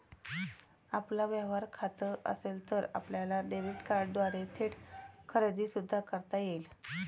आपलं व्यवहार खातं असेल तर आपल्याला डेबिट कार्डद्वारे थेट खरेदी सुद्धा करता येईल